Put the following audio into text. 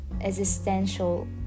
existential